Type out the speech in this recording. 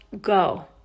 go